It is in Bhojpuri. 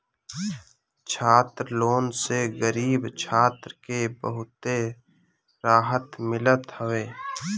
छात्र लोन से गरीब छात्र के बहुते रहत मिलत हवे